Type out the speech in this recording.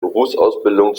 berufsausbildung